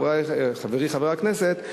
חברי חבר הכנסת,